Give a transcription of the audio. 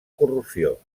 corrosió